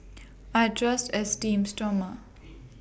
I Trust Esteem Stoma